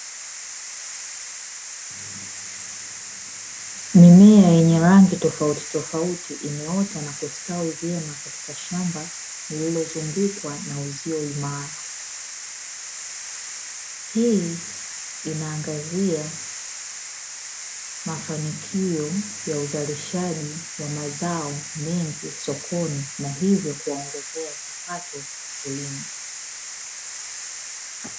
Mimea yenye aina tofauti tofauti imeota na kustawi vyema katika shamba na lililozungukwa na uzio imara . Hii inaangazia mafanikio ya uzalishaji wa mazao mengi sokoni na hivyo kuwaongezea kipato wakulima .